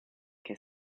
che